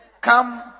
come